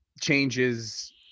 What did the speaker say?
changes